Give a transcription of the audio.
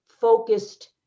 focused